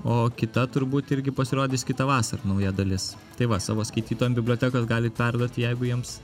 o kita turbūt irgi pasirodys kitą vasarą nauja dalis tai va savo skaitytojam bibliotekos galit perduoti jeigu jiems